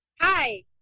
Hi